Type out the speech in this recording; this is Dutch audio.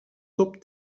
top